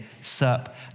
sup